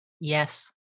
Yes